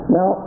Now